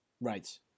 Right